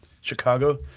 Chicago